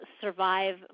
survive